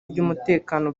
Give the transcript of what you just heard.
by’umutekano